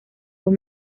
dos